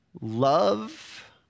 love